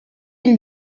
une